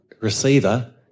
receiver